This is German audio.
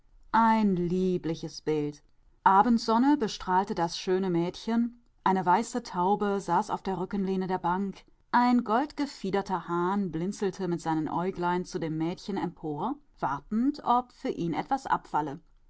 ein liebliches bild abendsonne bestrahlte das schöne mädchen eine weiße taube saß auf der rückenlehne der bank ein goldgefiederter hahn blinzelte mit seinen äuglein zu dem mädchen empor wartend ob für ihn etwas